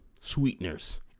sweeteners